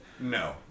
No